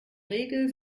regel